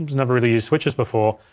never really used switchers before,